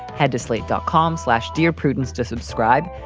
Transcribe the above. head to slate dot com slash dear prudence to subscribe.